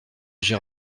j’aie